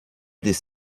this